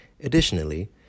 Additionally